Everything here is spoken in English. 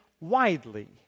widely